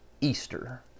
Easter